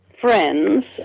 friends